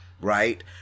right